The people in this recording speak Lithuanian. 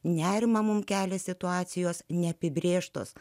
nerimą mums kelia situacijos neapibrėžtos